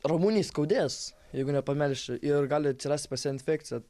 ramunei skaudės jeigu nepamelši ir gali atsirast pas ją infekciją